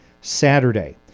Saturday